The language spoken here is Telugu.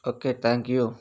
okay thank you